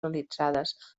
realitzades